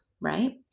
right